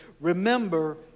remember